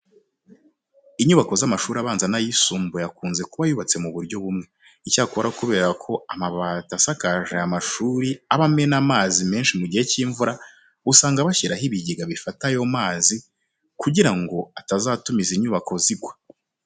Inyubako z'amashuri abanza n'ayisumbuye akunze kuba yubatswe mu buryo bumwe. Icyakora kubera ko amabati asakaje aya mashuri aba amena amazi menshi mu gihe cy'imvura, usanga bashyiraho ibigega bifata ayo mazi kugira ngo atazatuma izi nyubako zigwa.